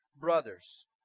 brothers